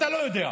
אתה לא יודע,